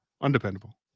Undependable